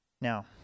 Now